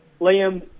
Liam